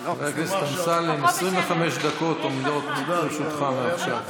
אמסלם, 25 דקות עומדות לרשותך מעכשיו.